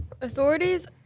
authorities